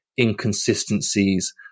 inconsistencies